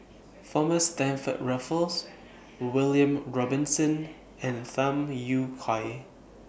Thomas Stamford Raffles William Robinson and Tham Yui Kai